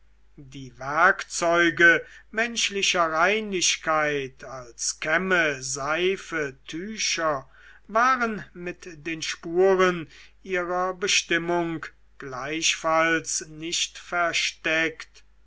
die werkzeuge menschlicher reinlichkeit als kämme seife tücher waren mit den spuren ihrer bestimmung gleichfalls nicht versteckt